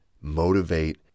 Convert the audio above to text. motivate